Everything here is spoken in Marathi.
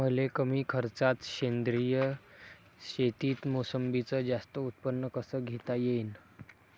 मले कमी खर्चात सेंद्रीय शेतीत मोसंबीचं जास्त उत्पन्न कस घेता येईन?